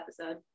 episode